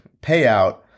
payout